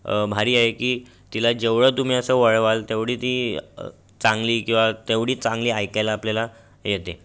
भारी आहे की तिला जेवढं तुम्ही असं वळवाल तेवढी ती चांगली किंवा तेवढी चांगली ऐकायला आपल्याला येते